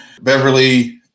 beverly